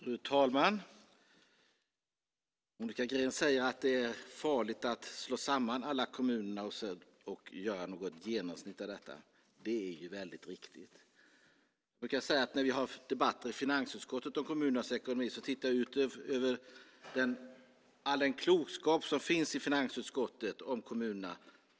Fru talman! Monica Green säger att det är farligt att slå samman alla kommuner och göra något genomsnitt av detta. Det är väldigt riktigt! Jag kan säga att när vi har debatter i finansutskottet om kommunernas ekonomi kan man titta ut över all den klokskap som finns i finansutskottet när det gäller kommunerna.